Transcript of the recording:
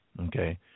Okay